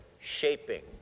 shaping